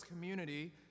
community